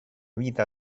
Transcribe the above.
vita